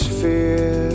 fear